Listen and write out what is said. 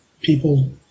People